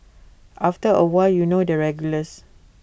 after A while you know the regulars